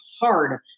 hard